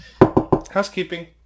Housekeeping